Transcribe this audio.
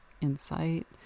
insight